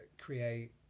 create